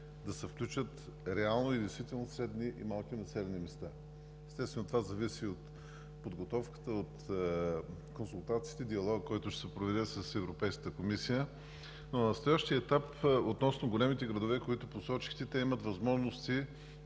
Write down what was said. да се включат реално и действително средни и малки населени места. Естествено, това зависи от подготовката, от консултациите и диалога, който ще се проведе с Европейската комисия, но на настоящия етап относно големите градове, които посочихте, те имат възможности